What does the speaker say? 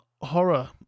horror